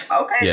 Okay